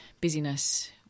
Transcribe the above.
busyness